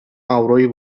avroyu